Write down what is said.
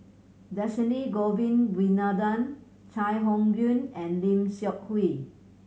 Dhershini Govin Winodan Chai Hon Yoong and Lim Seok Hui